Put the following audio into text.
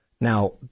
Now